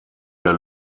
der